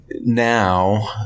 now